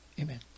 amen